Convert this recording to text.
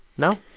no?